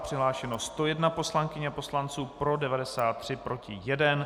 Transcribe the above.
Přihlášeno 101 poslankyň a poslanců, pro 93, proti 1.